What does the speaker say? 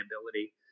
ability